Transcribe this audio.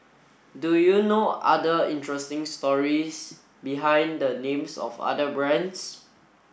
do you know other interesting stories behind the names of other brands